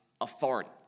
authority